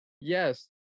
yes